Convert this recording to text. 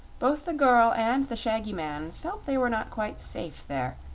both the girl and the shaggy man felt they were not quite safe there,